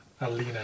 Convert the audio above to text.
Alina